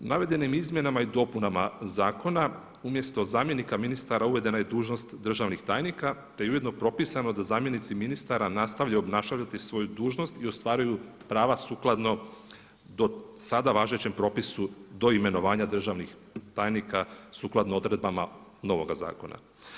Navedenim izmjenama i dopunama Zakona umjesto zamjenika ministara uvedena je dužnost državnih tajnika te je ujedno propisano da zamjenici ministara nastavljaju obnašati svoju dužnost i ostvaruju prava sukladno do sada važećem propisu do imenovanja državnih tajnika sukladno odredbama novoga zakona.